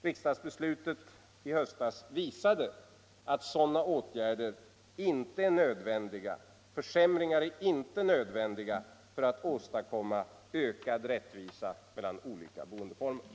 Riksdagsbeslutet i höstas visade att sådana åtgärder, som leder till försämringar, inte är nödvändiga för att åstadkomma ökad rättvisa mellan olika boendeformer.